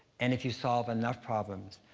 and if you solve enough problems,